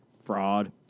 Fraud